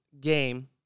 game